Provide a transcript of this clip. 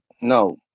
No